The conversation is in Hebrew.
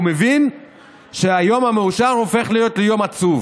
הוא מבין שהיום המאושר הופך להיות יום עצוב,